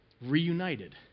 reunited